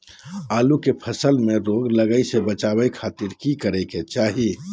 आलू के फसल में रोग लगे से बचावे खातिर की करे के चाही?